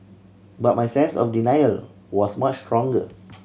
but my sense of denial was much stronger